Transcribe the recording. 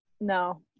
no